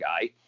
guy